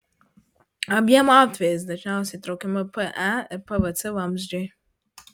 abiem atvejais dažniausiai traukiami pe ir pvc vamzdžiai